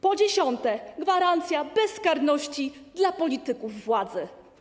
Po dziesiąte, gwarancja bezkarności dla polityków władzy.